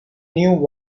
knew